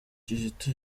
kizito